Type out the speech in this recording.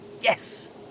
Yes